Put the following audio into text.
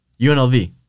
UNLV